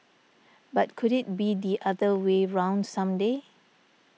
but could it be the other way round some day